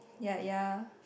ya ya